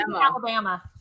Alabama